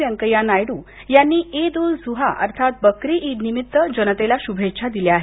व्यंकय्या नायडू यांनी ईद उल झुआ अर्थात बकरी ईदनिमित्त जनतेला शुभेच्छा दिल्या आहेत